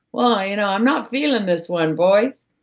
well you know, i'm not feeling this one boys,